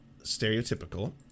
stereotypical